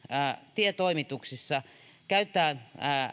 tietoimituksissa käyttää